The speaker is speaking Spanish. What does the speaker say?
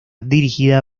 dirigida